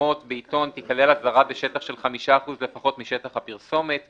שבפרסומות בעיתון תיכלל אזהרה בשטח של 5% לפחות משטח הפרסומת.